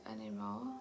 anymore